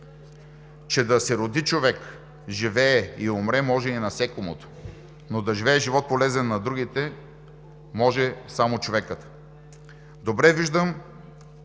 че „да се роди, живее и умре може и насекомото, но да живее живот, полезен на другите, може само човекът“. Добре виждам